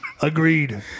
Agreed